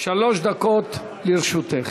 שלוש דקות לרשותך.